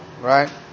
right